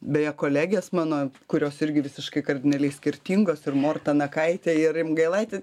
beje kolegės mano kurios irgi visiškai kardinaliai skirtingos ir morta nakaitė ir rimgailaitė